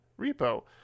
repo